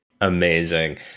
Amazing